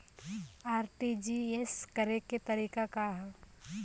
RTGS करे के तरीका का हैं?